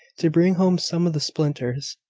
to bring home some of the splinters.